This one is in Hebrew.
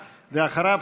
ואחריו,